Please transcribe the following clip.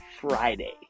Friday